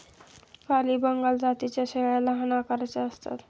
काली बंगाल जातीच्या शेळ्या लहान आकाराच्या असतात